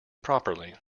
properly